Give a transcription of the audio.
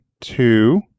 two